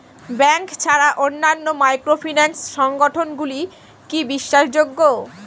Bank ছাড়া অন্যান্য microfinance সংগঠন গুলি কি বিশ্বাসযোগ্য?